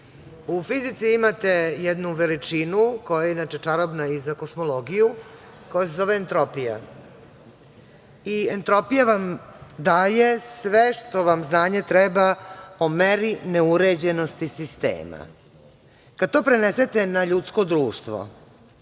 fizici imate jednu veličinu koja je inače čarobna i za kosmologiju, koja se zove entropija. Entropija vam daje sve što vam znanje treba o meri neuređenosti sistema. Kada to prenesete na ljudsko društvo,